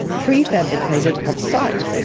prefabricated off-site.